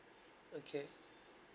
okay